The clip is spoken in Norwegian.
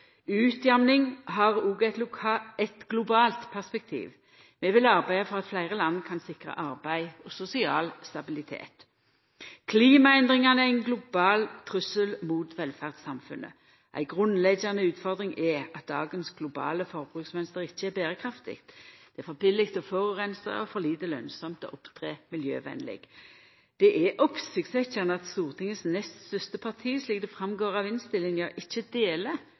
Utjamning har òg eit globalt perspektiv. Vi vil arbeida for at fleire land kan sikra arbeid og sosial stabilitet. Klimaendringane er ein global trussel mot velferdssamfunnet. Ei grunnleggjande utfordring er at dagens globale forbruksmønster ikkje er berekraftig. Det er for billig å forureina, og for lite lønnsamt å opptre miljøvennleg. Det er oppsiktsvekkjande at Stortingets nest største parti, slik det går fram av innstillinga, ikkje deler